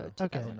okay